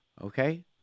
Okay